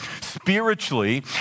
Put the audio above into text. spiritually